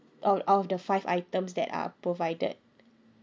all all of the five items that are provide